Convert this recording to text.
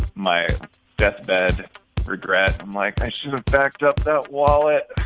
my deathbed regret. and like, i should've backed up that wallet